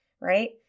right